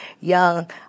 young